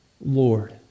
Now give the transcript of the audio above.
Lord